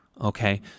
Okay